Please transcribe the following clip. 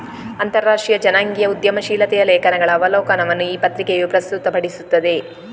ಅಂತರರಾಷ್ಟ್ರೀಯ ಜನಾಂಗೀಯ ಉದ್ಯಮಶೀಲತೆಯ ಲೇಖನಗಳ ಅವಲೋಕನವನ್ನು ಈ ಪತ್ರಿಕೆಯು ಪ್ರಸ್ತುತಪಡಿಸುತ್ತದೆ